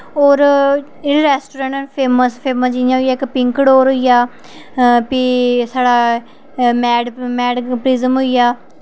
और जेह्ड़े रैस्टुरैंट न फेमस फेमस जि'यां होइया इक पिंक डोर होइया फ्ही साढ़ा मैड मैड प्रिज्म होइया